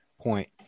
point